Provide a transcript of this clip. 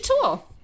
tool